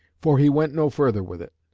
for he went no further with it.